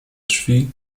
drzwi